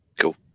Cool